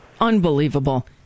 unbelievable